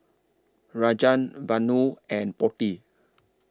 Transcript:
Rajan Vanu and Potti